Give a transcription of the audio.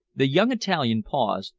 the young italian paused,